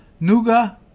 Nuga